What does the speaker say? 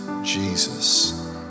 Jesus